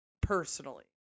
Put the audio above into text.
Personally